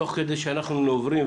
תוך כדי שאנחנו נוברים,